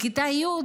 בכיתה י'